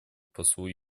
послу